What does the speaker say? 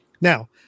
Now